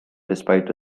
despite